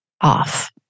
off